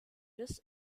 bis